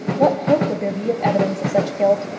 what hope would there be of evidence of such guilt?